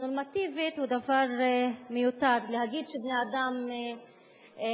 נורמטיבית הוא דבר מיותר: להגיד שצריך